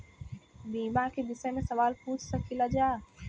बीमा के विषय मे सवाल पूछ सकीलाजा?